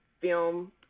film